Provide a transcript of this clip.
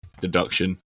deduction